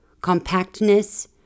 compactness